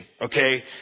okay